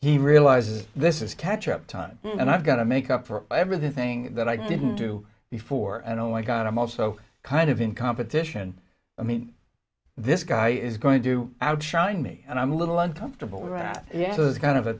he realizes this is catch up time and i'm going to make up for everything that i didn't do before and oh my god i'm also kind of in competition i mean this guy is going to do out shine me and i'm a little uncomfortable right yes those kind of a